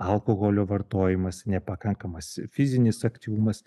alkoholio vartojimas nepakankamas fizinis aktyvumas